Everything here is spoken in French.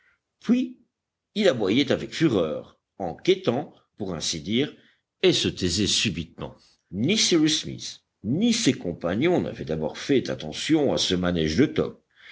puis il aboyait avec fureur en quêtant pour ainsi dire et se taisait subitement ni cyrus smith ni ses compagnons n'avaient d'abord fait attention à ce manège de top